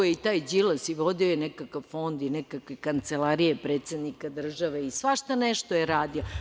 Mogao je taj Đilas, vodio je nekakav fond i nekakve kancelarije predsednika države i svašta nešto je radio.